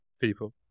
people